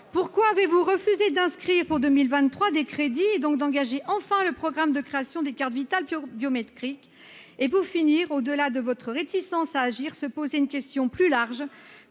pourquoi avez-vous refusé d'inscrire pour 2023 des crédits, donc d'engager enfin le programme de création des cartes vitales Pio biométrique et pour finir au-delà de votre réticence à agir se poser une question plus large